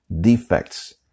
defects